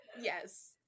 Yes